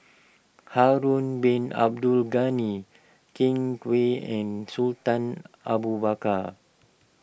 Harun Bin Abdul Ghani Ken Kwek and Sultan Abu Bakar